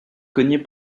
cogner